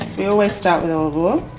we always start with